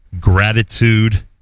gratitude